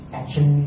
action